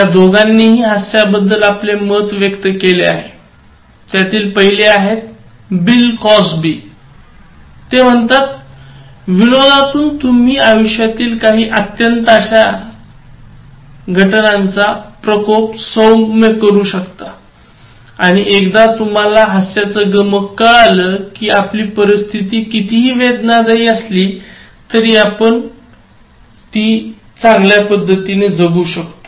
या दोघांनीही हास्यबद्दल आपले मत व्यक्त केले आहे त्यातील पहिले आहेत बिल कॉस्बी म्हणतात विनोदातून तुम्ही आयुष्यातील काही अत्यन्त अश्या घटनांचा प्रकोप सौम्य करू शकताआणि एकदा तुम्हाला हास्यच गमक कळला की आपली परिस्थिती कितीही वेदनादायी असली तरी आपण जगू शकता